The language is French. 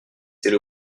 c’est